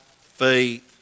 faith